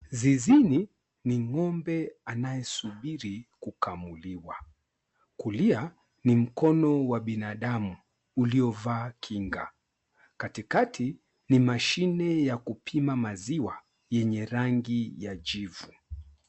Zizini ni ng'ombe anayesubiri kukamuliwa. Kulia ni mkono wa binadamu uliovaa kinga. Katikati ni mashine ya kupima maziwa yenye rangi ya jivu.